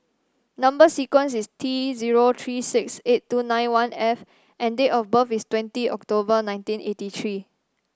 number sequence is T zero three six eight two nine one F and date of birth is twenty October nineteen eighty three